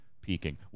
peaking